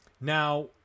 Now